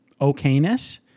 okayness